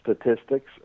statistics